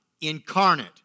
incarnate